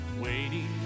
waiting